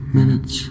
minutes